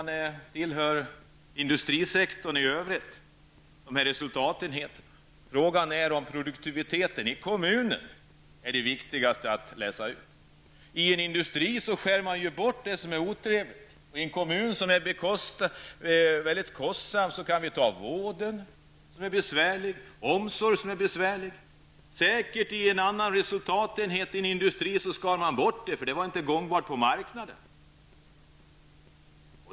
När det gäller industrisektorn i övrigt kan man också se till sådana här resultatenheter. Frågan är om det är produktiviteten i kommunerna som är viktigast att läsa ut. Inom en industri skärs ju det bort som är otrevligt. Men inom en kommun finns det mycket kostsamma saker. Vården och omsorgen exempelvis är ju besvärliga områden. Det rör sig säkert om en annan resultatenhet här. Inom industrin skär man bort delar som inte är gångbara på marknaden.